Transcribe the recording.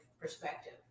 perspective